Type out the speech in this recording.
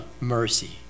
mercy